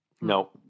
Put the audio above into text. no